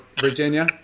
Virginia